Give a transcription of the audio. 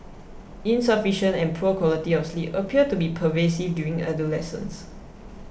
insufficient and poor quality of sleep appear to be pervasive during adolescence